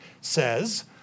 says